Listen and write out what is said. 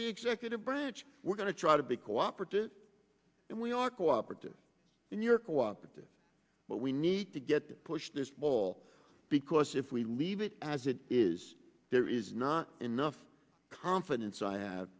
the executive branch we're going to try to be cooperative and we are cooperative in your co operative but we need to get to push this ball because if we leave it as it is there is not enough confidence i have